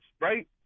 right